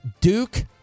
Duke